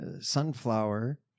Sunflower